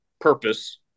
purpose